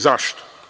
Zašto?